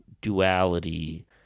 duality